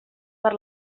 per